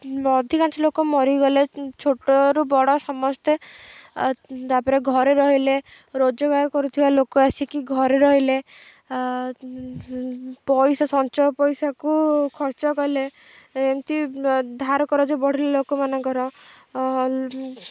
ଅଧିକାଂଶ ଲୋକ ମରିଗଲେ ଛୋଟରୁ ବଡ଼ ସମସ୍ତେ ତା'ପରେ ଘରେ ରହିଲେ ରୋଜଗାର କରୁଥିବା ଲୋକ ଆସିକି ଘରେ ରହିଲେ ପଇସା ସଞ୍ଚୟ ପଇସାକୁ ଖର୍ଚ୍ଚ କଲେ ଏମିତି ଧାର କରଜ ବଢ଼ିଲେ ଲୋକମାନଙ୍କର